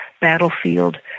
Battlefield